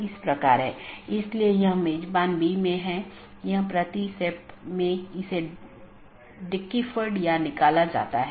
किसी भी ऑटॉनमस सिस्टमों के लिए एक AS नंबर होता है जोकि एक 16 बिट संख्या है और विशिष्ट ऑटोनॉमस सिस्टम को विशिष्ट रूप से परिभाषित करता है